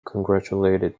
congratulated